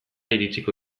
iritsiko